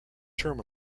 term